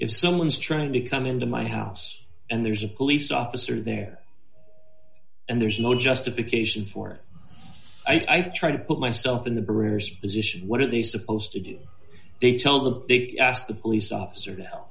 if someone's trying to come into my house and there's a police officer there and there's no justification for it i try to put myself in the bear's position what are they supposed to do they tell the big ask the police officer